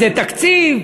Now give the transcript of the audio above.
זה תקציב?